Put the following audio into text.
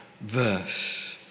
verse